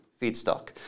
feedstock